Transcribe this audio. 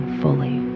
fully